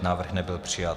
Návrh nebyl přijat.